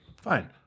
Fine